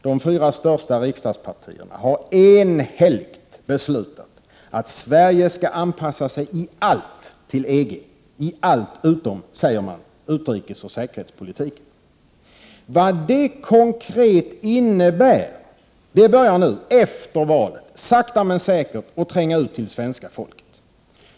De fyra största riksdagspartierna har enhälligt beslutat att Sverige skall anpassa sig i allt till EG — i allt utom utrikesoch säkerhetspolitiken. Vad det konkret innebär börjar nu, efter valet, sakta men säkert att tränga ut till svenska folket.